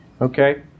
Okay